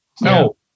No